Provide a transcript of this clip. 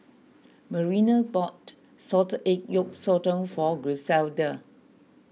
Marina bought Salted Egg Yolk Sotong for Griselda